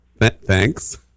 Thanks